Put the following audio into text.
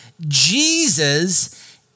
Jesus